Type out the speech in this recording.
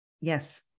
Yes